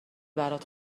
برات